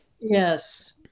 Yes